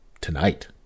Tonight